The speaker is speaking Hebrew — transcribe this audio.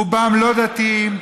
רובם לא דתיים,